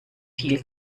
viel